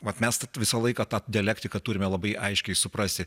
vat mes visą laiką tą dialektiką turime labai aiškiai suprasti